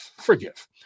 forgive